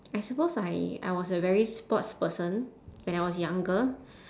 I suppose I I was a very sports person when I was younger